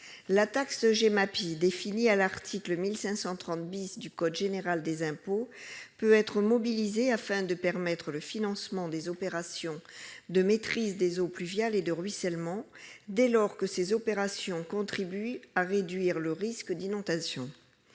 La taxe Gemapi définie à l'article 1530 du code général des impôts peut être mobilisée afin de permettre le financement des opérations de maîtrise des eaux pluviales et de ruissellement, dès lors que ces opérations contribuent à réduire le risque d'inondation.